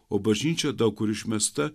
o bažnyčia daug kur išmesta